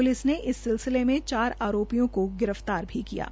प्रलिस ने इस सिलसिले में चार आरोपियों को गिरफ्तार भी किया है